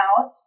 out